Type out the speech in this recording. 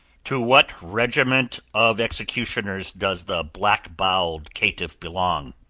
to what regiment of executioners does the black-boweled caitiff belong?